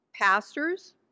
Pastors